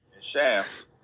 Shaft